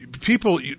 people